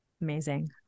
Amazing